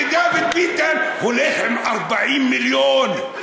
ודוד ביטן הולך עם 40 מיליון.